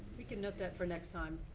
we can note that for next time.